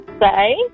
say